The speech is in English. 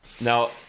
Now